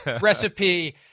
Recipe